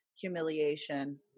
humiliation